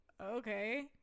okay